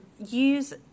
use